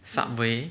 subway